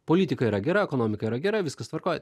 politika yra gera ekonomika yra gera viskas tvarkoj